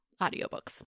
audiobooks